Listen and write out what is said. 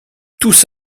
tous